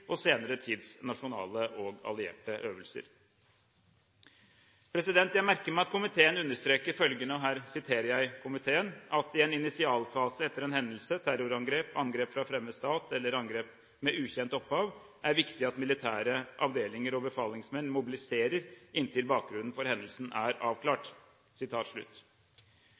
og senere tids nasjonale og allierte øvelser. Jeg merker meg at komiteen understreker følgende: «at det i en initialfase etter en hendelse – terrorangrep, angrep fra fremmed stat eller angrep med ukjent opphav – er viktig at militære avdelinger og befalingsmenn mobiliserer inntil bakgrunnen for hendelsen er avklart.»